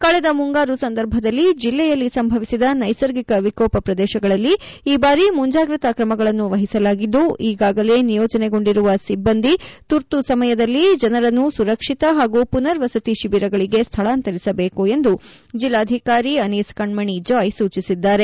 ಕಳೆದ ಮುಂಗಾರು ಸಂದರ್ಭದಲ್ಲಿ ಜಿಲ್ಲೆಯಲ್ಲಿ ಸಂಭವಿಸಿದ ನೈಸರ್ಗಿಕ ವಿಕೋಪ ಪ್ರದೇಶಗಳಲ್ಲಿ ಈ ಬಾರಿ ಮುಂಜಾಗ್ರತಾ ಕ್ರಮಗಳನ್ನು ವಹಿಸಲಾಗಿದ್ದು ಈಗಾಗಲೇ ನಿಯೋಜನೆಗೊಂಡಿರುವ ಸಿಬ್ಬಂದಿ ತುರ್ತು ಸಮಯದಲ್ಲಿ ಜನರನ್ನು ಸುರಕ್ಷಿತ ಹಾಗೂ ಪುನರ್ ವಸತಿ ಶಿಬಿರಗಳಿಗೆ ಸ್ಥಳಾಂತರಿಸಬೇಕು ಎಂದು ಜಿಲ್ಲಾಧಿಕಾರಿ ಅನೀಸ್ ಕಣ್ಮಣಿ ಜಾಯ್ ಸೂಚಿಸಿದ್ದಾರೆ